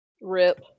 rip